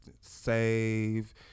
save